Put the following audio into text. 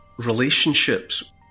relationships